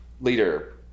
leader